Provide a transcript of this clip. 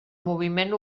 moviment